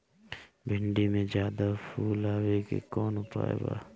भिन्डी में ज्यादा फुल आवे के कौन उपाय बा?